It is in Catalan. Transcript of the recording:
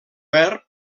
verb